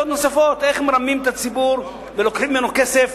נוספות שמרמים בהן את הציבור ולוקחים ממנו כסף,